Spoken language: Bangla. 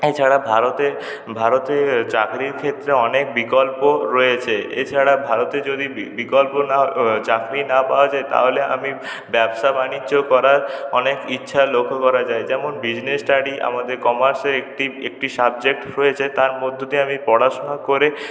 এছাড়া ভারতে ভারতে চাকরির ক্ষেত্রে অনেক বিকল্প রয়েছে এছাড়া ভারতে যদি বিকল্প না চাকরি না পাওয়া যায় তাহলে আমি ব্যবসা বাণিজ্য করার অনেক ইচ্ছা লক্ষ করা যায় যেমন বিজনেস স্টাডি আমাদের কমার্সের একটি একটি সাবজেক্ট রয়েছে তার মধ্য দিয়ে আমি পড়াশুনা করে